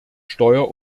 steuer